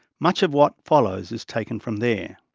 much of what follows is taken from there.